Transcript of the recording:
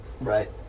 right